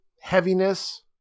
heaviness